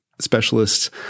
specialists